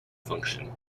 function